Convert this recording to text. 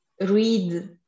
read